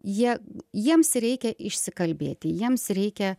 jie jiems reikia išsikalbėti jiems reikia